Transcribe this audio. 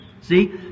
See